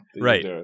Right